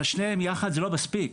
אבל שניהם יחד זה לא מספיק,